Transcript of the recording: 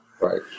Right